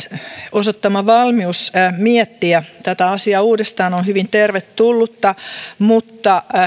osoittama valmius miettiä tätä asiaa uudestaan on hyvin tervetullutta mutta